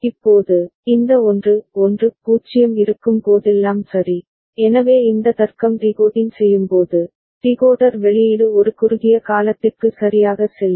இப்போது இந்த 1 1 0 இருக்கும் போதெல்லாம் சரி எனவே இந்த தர்க்கம் டிகோடிங் செய்யும்போது டிகோடர் வெளியீடு ஒரு குறுகிய காலத்திற்கு சரியாக செல்லும்